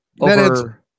over